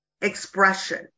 expression